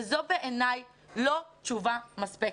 בעיני זאת לא תשובה מספקת.